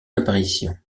apparition